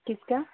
किसका